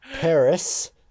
Paris